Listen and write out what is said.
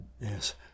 Yes